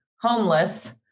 homeless